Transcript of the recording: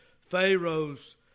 Pharaoh's